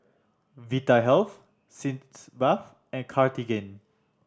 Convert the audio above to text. Vitahealth Sitz Bath and Cartigain